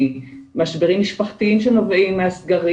ממשברים משפחתיים שנובעים מהסגרים